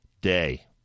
day